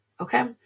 Okay